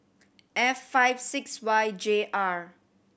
F five six Y J R